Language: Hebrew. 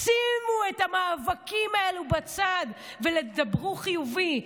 שימו את המאבקים האלה בצד ודברו חיובי,